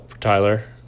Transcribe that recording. Tyler